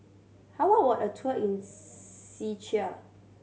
how a tour in Czechia